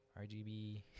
RGB